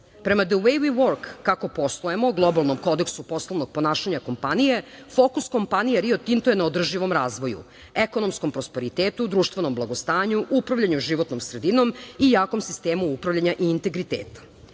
Prema „The way we work“ kako poslujemo, globalnom kodeksu poslovnog ponašanja kompanije, fokus kompanije Rio Tinto je na održivom razvoju, ekonomskom prosperitetu, društvenom blagostanju, upravljanju životnom sredinom i jakom sistemu upravljanja i integriteta.